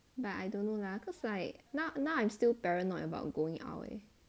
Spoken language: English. but I don't know lah cause like now now I'm still paranoid about going out leh